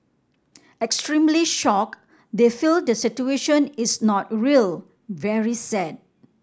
extremely shocked they feel the situation is not real very sad